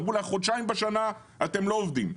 אמרו להם: במשך חודשיים בשנה אתם לא עובדים,